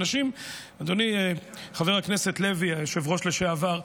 אדוני חבר הכנסת לוי, היו"ר לשעבר,